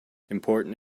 important